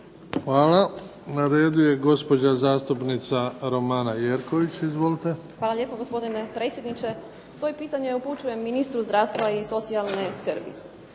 Hvala. Na redu je gospođa zastupnica Romana Jerković, izvolite. **Jerković, Romana (SDP)** Hvala lijepo gospodine predsjedniče. Svoje pitanje upućujem ministru zdravstva i socijalne skrbi.